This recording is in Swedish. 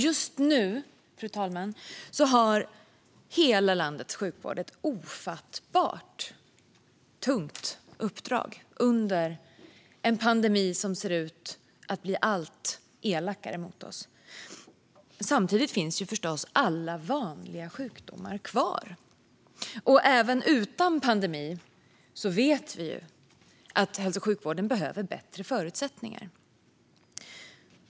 Just nu har hela landets sjukvård ett ofattbart tungt uppdrag under en pandemi som ser ut att bli allt elakare mot oss. Samtidigt finns förstås alla vanliga sjukdomar kvar, och även utan pandemi vet vi att hälso och sjukvården behöver bättre förutsättningar.